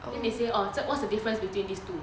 then they say what's the difference between these two